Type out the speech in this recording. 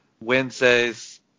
Wednesdays